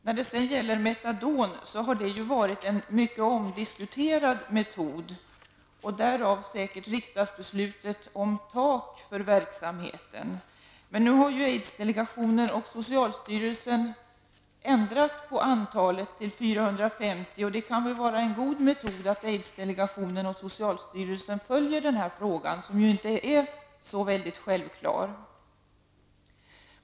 Metadonmetoden har varit mycket omdiskuterad, därav riksdagsbeslutet om tak för verksamheten. Nu har aidsdelegationen och socialstyrelsen ändrat antalet till 450, och det kan vara en god metod att aidsdelegationen och socialstyrelsen följer denna fråga, som inte är så självklar.